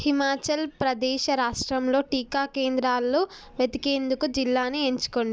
హిమాచల్ ప్రదేశ రాష్ట్రంలో టీకా కేంద్రాలు వెతికేందుకు జిల్లాని ఎంచుకోండి